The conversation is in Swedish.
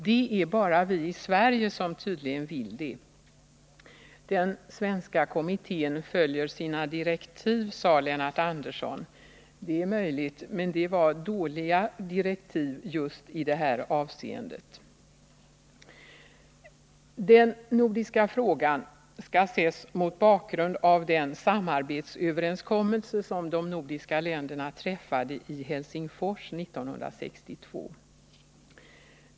Det är bara vi i Sverige som tydligen vill det. Den svenska kommittén följer sina direktiv, sade Lennart Andersson. Det är möjligt, men det var dåliga direktiv i det här avseendet. Den nordiska frågan skall ses mot bakgrund av den samarbetsöverenskommelse som de nordiska länderna träffade i Helsingfors 1962.